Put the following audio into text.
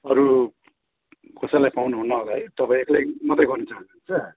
अरू कसैलाई पाउनुहुन्न होला है तपाईँ एक्लै मात्रै गर्नु चाहनुहुन्छ